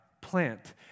plant